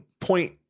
point